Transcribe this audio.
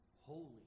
holy